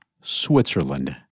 Switzerland